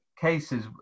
cases